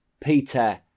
Peter